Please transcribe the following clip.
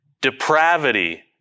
Depravity